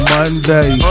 Monday